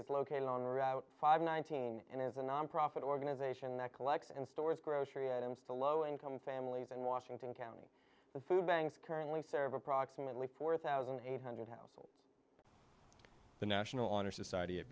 is located on route five nineteen and is a nonprofit organization that collects and stores grocery items to low income families and washington county with food banks currently serve approximately four thousand eight hundred households the national honor society at